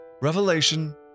Revelation